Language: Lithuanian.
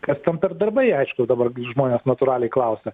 kas ten per darbai aišku dabar gi žmonės natūraliai klausia